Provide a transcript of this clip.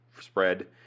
spread